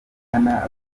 abwira